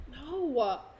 No